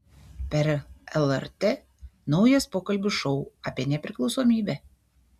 per lrt naujas pokalbių šou apie nepriklausomybę